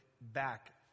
back